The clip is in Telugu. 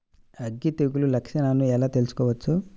అగ్గి తెగులు లక్షణాలను ఎలా తెలుసుకోవచ్చు?